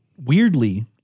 weirdly